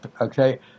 okay